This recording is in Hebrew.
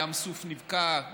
ים סוף נבקע,